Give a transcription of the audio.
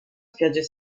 spiagge